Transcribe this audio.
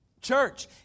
church